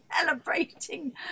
celebrating